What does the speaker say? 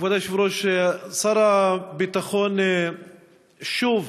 כבוד היושב-ראש, שר הביטחון שוב